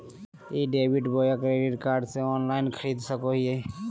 ई debit बोया credit card से online खरीद सको हिए?